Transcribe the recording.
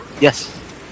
Yes